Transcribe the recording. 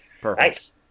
Perfect